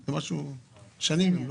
זה משהו של שנים.